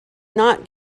not